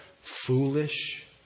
foolish